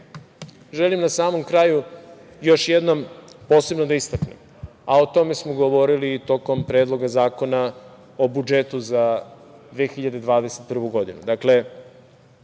želim na samom kraju još jednom posebno da istaknem, a o tome smo govorili i tokom Predloga zakona o budžetu za 2021. godinu,